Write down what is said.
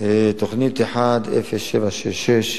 תוכנית 10766,